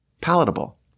palatable